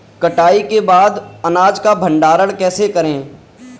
कटाई के बाद अनाज का भंडारण कैसे करें?